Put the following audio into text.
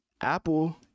Apple